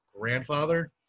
grandfather